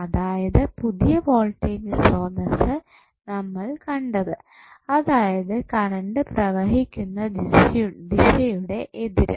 അതായത് പുതിയ വോൾടേജ് സ്രോതസ്സ് നമ്മൾ കണ്ടത് അതായത് കറണ്ട് പ്രവഹിക്കുന്ന ദിശയുടെ എതിര്